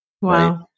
Wow